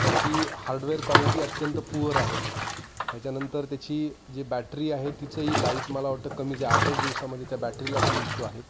त्याची hardware quality अत्यंत poor आहे त्याच्यानंतर त्याची जी बॅटरी आहे तिचही लाईफ मला वाटतं कमीच आठच दिवसामध्ये त्या बॅटरीला पण इशू आहेत